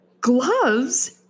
Gloves